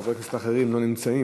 חברי כנסת אחרים לא נמצאים,